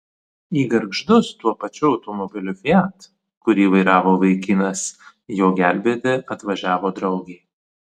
į gargždus tuo pačiu automobiliu fiat kurį vairavo vaikinas jo gelbėti atvažiavo draugė